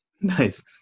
Nice